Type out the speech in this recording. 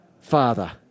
Father